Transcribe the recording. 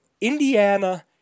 Indiana